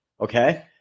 okay